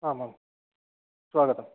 आम् आं स्वागतम्